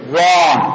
Wrong